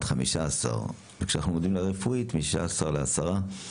15, וכשאנחנו יורדים לרפואית מ-16 לעשרה.